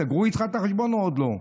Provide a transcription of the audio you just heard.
סגרו איתך את החשבון או עוד לא?